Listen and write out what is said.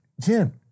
Jim